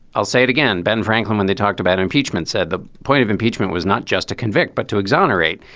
i'll say it again, ben franklin, when they talked about impeachment, said the point of impeachment was not just to convict, but to exonerate.